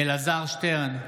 שטרן,